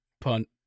punt